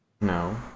No